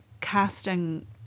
casting